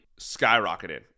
skyrocketed